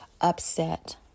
upset